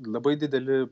labai dideli